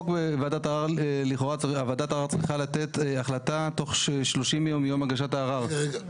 וועדת ערר צריכה לתת החלטה תוך שלושים יום מיום הגשת הערר.